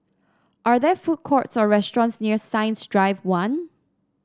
are there food courts or restaurants near Science Drive One